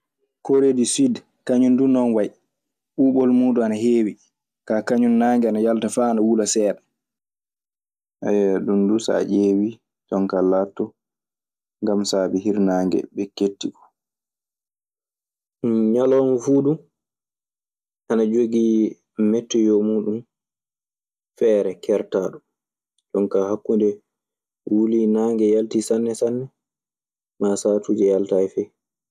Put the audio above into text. Kore du sude kaŋum dun non waye, ɓubol mun dun ana hewi, ka kaŋum nage ana yalta fa ana wula seɗam. ɗu duu, so a ƴeewii, jon kaa laatoto ngam saabii hirnaandge ɓe keetti. Ñalawma fuu du ana jogii metteyoo muuɗun feere, keertaaɗo. Jonkaa hakkunde wulii naange yaltii sanne sanne maa saatuuje yaltaayi fey.